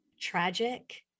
tragic